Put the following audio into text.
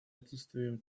отсутствием